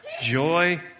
joy